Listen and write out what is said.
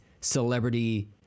celebrity